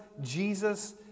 Jesus